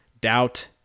doubt